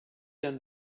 than